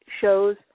shows